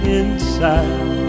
inside